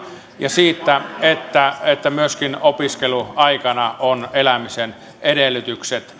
ja siitä että että myöskin opiskeluaikana on elämisen edellytykset